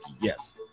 yes